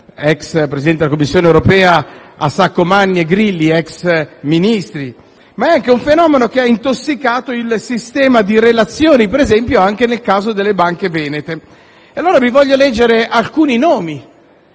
ex Presidente della Commissione europea, a Saccomanni e Grilli, ex ministri; è anche un fenomeno che ha intossicato il sistema di relazioni, per esempio, nel caso delle banche venete. Vi voglio leggere allora alcuni nomi